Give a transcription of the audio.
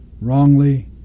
wrongly